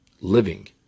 living